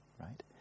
right